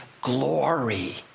glory